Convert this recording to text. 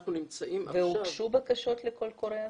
אנחנו נמצאים עכשיו --- והוגשו בקשות לקול קורא הזה?